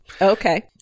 Okay